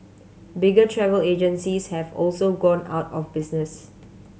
bigger travel agencies have also gone out of business